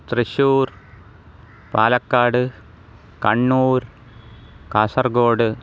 Thrissur Palakkad Kannur Kasaragod